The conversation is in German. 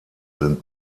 sind